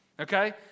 Okay